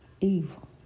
evil